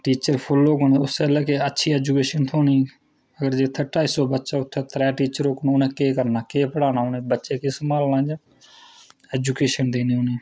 teacher full होङन ते अच्छी ऐजुकेशन थ्होनी जित्थै ढाई सौ बच्चा होग उत्थैं त्रै टीचर उनै केह् केह् पढाना बच्चें गी सम्भालना उनें जां ऐ जुकेशन देनी उनें